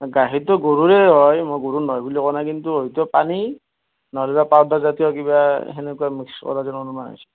গাখীৰটো গৰুৰে হয় মই গৰুৰ নহয় বুলি কোৱা নাই কিন্তু হয়তো পানী নহলেতো পাউডাৰ জাতীয় কিবা সেনেকুৱা কিবা মিক্স কৰা নিচিনা হৈছে